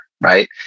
right